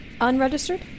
Unregistered